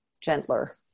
gentler